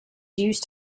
used